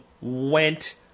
went